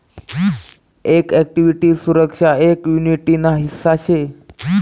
एक इक्विटी सुरक्षा एक युनीट ना हिस्सा शे